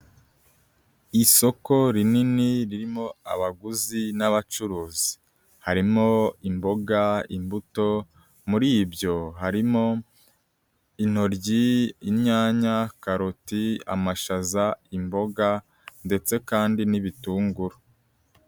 Isoko rinini ririmo abaguzi n'abacuruzi, harimo imboga, imbuto, muri ibyo harimo intoryi, inyanya, karoti, amashaza, imboga ndetse kandi n'ibitunguru.